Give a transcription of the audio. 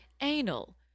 anal